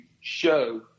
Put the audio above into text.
show